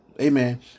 Amen